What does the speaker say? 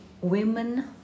women